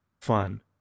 fun